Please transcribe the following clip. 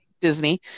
Disney